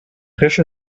frische